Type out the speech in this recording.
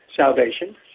salvation